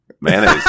Mayonnaise